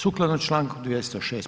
Sukladno članku 206.